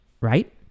Right